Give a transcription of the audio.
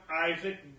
Isaac